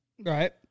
Right